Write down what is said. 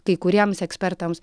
kai kuriems ekspertams